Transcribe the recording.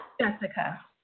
Jessica